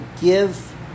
give